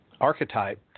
archetype